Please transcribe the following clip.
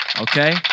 okay